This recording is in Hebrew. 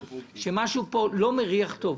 משהו פה לא מריח טוב.